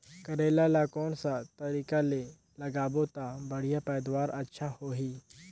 करेला ला कोन सा तरीका ले लगाबो ता बढ़िया पैदावार अच्छा होही?